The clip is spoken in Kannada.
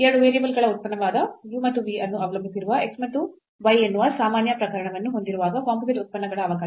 2 ವೇರಿಯೇಬಲ್ಗಳ ಉತ್ಪನ್ನವಾದ u ಮತ್ತು v ಅನ್ನು ಅವಲಂಬಿಸಿರುವ x ಮತ್ತು y ಎನ್ನುವ ಸಾಮಾನ್ಯ ಪ್ರಕರಣವನ್ನು ಹೊಂದಿರುವಾಗ ಕಂಪೋಸಿಟ್ ಉತ್ಪನ್ನಗಳ ಅವಕಲನ